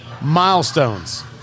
milestones